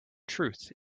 truth